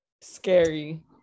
scary